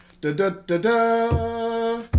Da-da-da-da